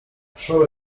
show